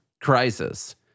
crisis